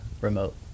remote